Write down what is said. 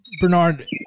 Bernard